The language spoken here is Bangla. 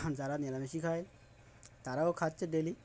যারা নিরামিষ খায় তারাও খাচ্ছে ডেলি